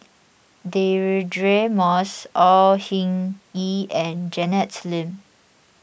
Deirdre Moss Au Hing Yee and Janet Lim